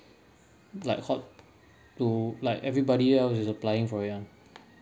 like hot to like everybody else is applying for it [one]